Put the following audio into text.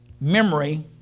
Memory